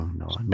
no